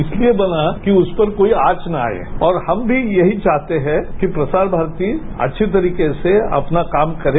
इसलिये बना कि उस पर कोई आंच न आये और हम भी यही चाहते हैं कि प्रसार भारती अच्छी तरीके से अपना काम करे